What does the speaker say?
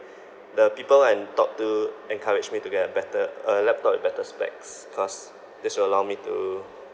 the people I talked to encourage me to get a better a laptop with better specs cause this will allow me to